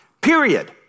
period